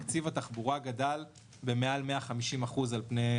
תקציב התחבורה גדל במעל 150% על פני,